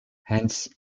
hence